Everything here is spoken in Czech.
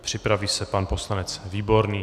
Připraví se pan poslanec Výborný.